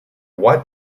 what